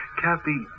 Kathy